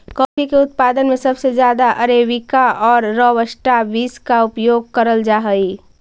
coffee के उत्पादन में सबसे ज्यादा अरेबिका और रॉबस्टा बींस का उपयोग करल जा हई